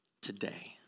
today